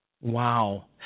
Wow